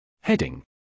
Heading